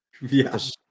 Yes